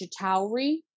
Chitauri